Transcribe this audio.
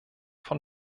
von